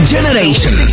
Generation